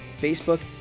Facebook